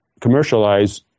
commercialize